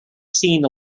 seen